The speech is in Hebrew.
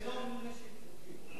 זה לא מנשק חוקי.